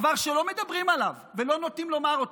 דבר שלא מדברים עליו ולא נוטים לומר אותו: